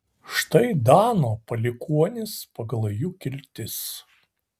štai dano palikuonys pagal jų kiltis